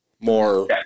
more